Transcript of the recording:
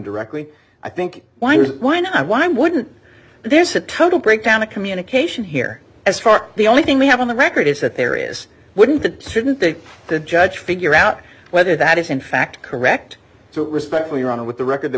directly i think why when i why wouldn't i there's a total breakdown of communication here as far the only thing we have on the record is that there is wouldn't it shouldn't take the judge figure out whether that is in fact correct so it respectfully your honor with the record that